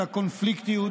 את הקונפליקטיות.